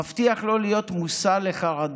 // מבטיח לא להיות / מושא לחרדות,